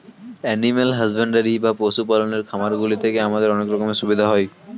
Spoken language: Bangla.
এনিম্যাল হাসব্যান্ডরি বা পশু পালনের খামারগুলি থেকে আমাদের অনেক রকমের সুবিধা হয়